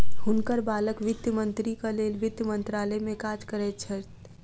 हुनकर बालक वित्त मंत्रीक लेल वित्त मंत्रालय में काज करैत छैथ